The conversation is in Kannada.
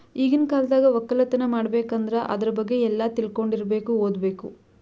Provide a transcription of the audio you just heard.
ಈಗಿನ್ ಕಾಲ್ದಾಗ ವಕ್ಕಲತನ್ ಮಾಡ್ಬೇಕ್ ಅಂದ್ರ ಆದ್ರ ಬಗ್ಗೆ ಎಲ್ಲಾ ತಿಳ್ಕೊಂಡಿರಬೇಕು ಓದ್ಬೇಕು